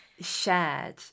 shared